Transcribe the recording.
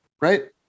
right